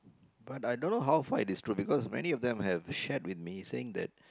but I don't know how far it is true because many of them have shared with me saying that